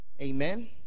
Amen